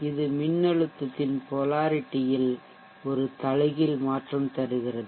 இது மின்னழுத்தத்தின் பொலாரிட்டி ல் ஒரு தலைகீழ் மாற்றம் தருகிறது